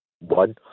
one